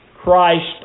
Christ